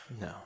No